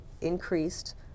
increased